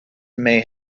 may